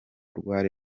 rwari